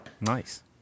Nice